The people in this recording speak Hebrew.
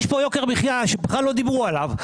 יש פה יוקר מחיה, שבכלל לא דיברו עליו.